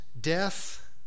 death